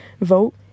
vote